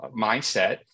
mindset